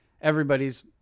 everybody's